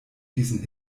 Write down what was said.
diesen